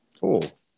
Cool